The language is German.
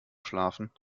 schlafen